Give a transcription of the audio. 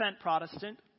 Protestant